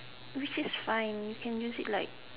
which is fine you can use it like